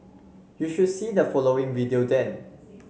you should see the following video then